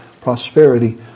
prosperity